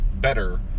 better